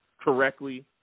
correctly